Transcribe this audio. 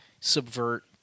subvert